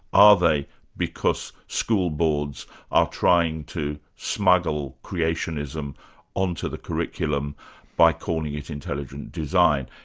are they because school boards are trying to smuggle creationism on to the curriculum by calling it intelligent design?